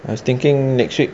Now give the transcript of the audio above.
I was thinking next week